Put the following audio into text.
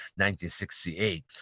1968